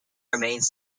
remains